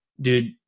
dude